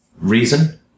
Reason